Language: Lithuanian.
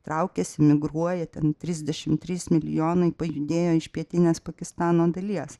traukiasi migruoja ten trisdešim trys milijonai pajudėjo iš pietinės pakistano dalies